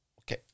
Okay